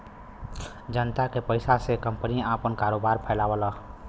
जनता के पइसा से कंपनी आपन कारोबार फैलावलन